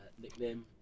Nickname